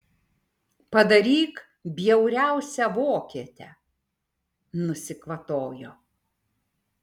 padaryk bjauriausią vokietę nusikvatojo